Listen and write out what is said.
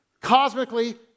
cosmically